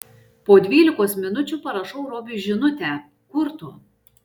po dvylikos minučių parašau robiui žinutę kur tu